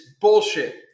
bullshit